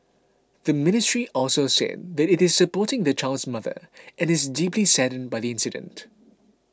the Ministry also said that it is supporting the child's mother and is deeply saddened by the incident